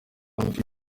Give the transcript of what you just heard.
mbi